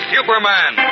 Superman